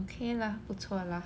okay lah 不错 lah